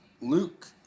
Luke